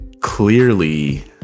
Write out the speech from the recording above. clearly